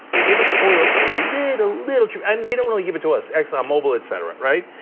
they give us oil a little, little too and they don't really give it to us, exxon mobil, etc, right?